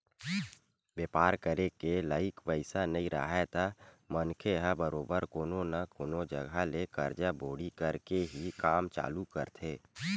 बेपार करे के लइक पइसा नइ राहय त मनखे ह बरोबर कोनो न कोनो जघा ले करजा बोड़ी करके ही काम चालू करथे